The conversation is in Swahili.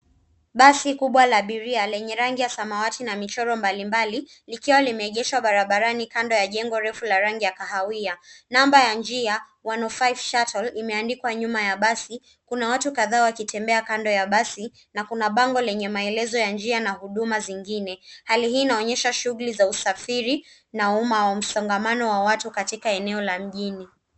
Basi kubwa la abiria lenye rangi ya samawati na michoro mbalimbali, likiwa limeegeshwa barabarani kando ya jengo ndefu la rangi ya kahawia. Namba ya njia 105 Shuttle imeandikwa nyuma ya basi. Kuna watu kadhaa wakitembea kando ya basi na kuna bango lenye maelezo ya njia na huduma zingine. Hali hii inaonyesha shughuli za usafiri na umma wa msongamano wa watu katika eneo la mjini.